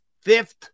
fifth